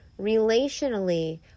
relationally